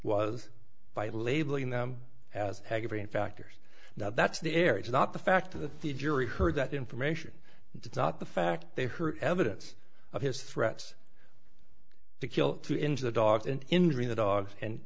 was by labeling them as aggravating factors that's the air it's not the fact of the theater jury heard that information it's not the fact they her evidence of his threats to kill two into the dogs and injuring the dogs and